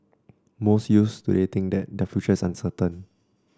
most youths today think that their future is uncertain